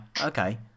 okay